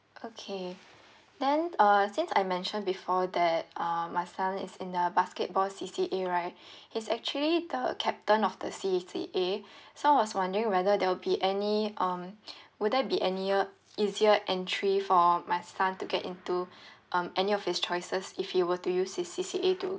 okay then uh since I mentioned before that uh my son is in the basketball C_C_A right he's actually the the captain of the C_C_A so I was wondering whether there will be any um would there be any easier entry for my son to get into um any of his choices if he were to use his C_C_A to